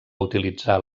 utilitzar